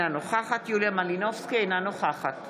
אינה נוכחת יוליה מלינובסקי, אינה נוכחת